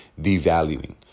devaluing